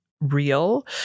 real